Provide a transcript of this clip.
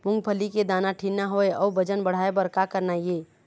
मूंगफली के दाना ठीन्ना होय अउ वजन बढ़ाय बर का करना ये?